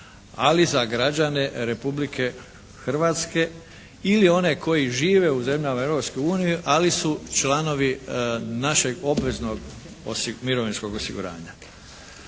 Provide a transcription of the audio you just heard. ali za građane Republike Hrvatske ili one koji žive u zemljama Europske unije, ali su članovi našeg obveznog mirovinskog osiguranja.